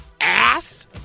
ass